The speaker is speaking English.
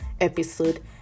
episode